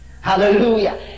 Hallelujah